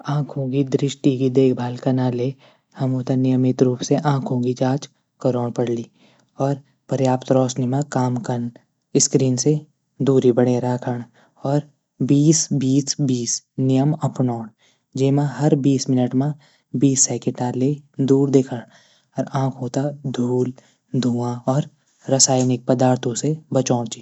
आंखों की दृष्टि देखभाल कनाले हमतै नियमित रुप से जांच करौण प्वाडली। पर्याप्त रोशनी मा काम कन स्क्रीन से दूरी बणै रखण और बीस बीस बीस नियम अपनौण जैम हर बीस मिनट मां बीस सेकेंड दूर दिखण। और आंखो थै धुंआ और रसायनिक पदार्थो से दूर रखण